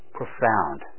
profound